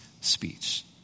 speech